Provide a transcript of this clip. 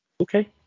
Okay